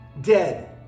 dead